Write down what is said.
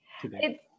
today